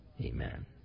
Amen